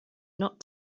not